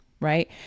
right